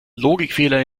logikfehler